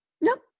Nope